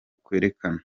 kwerekana